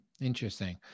Interesting